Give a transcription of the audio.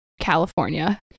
California